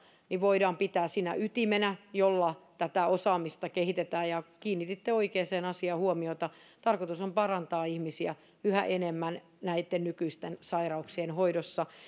voidaan pitää sinä ytimenä jolla tätä osaamista kehitetään kiinnititte oikeaan asiaan huomiota tarkoitus on parantaa ihmisiä yhä enemmän näitten nykyisten sairauksien hoidossa myös genomikeskukselle on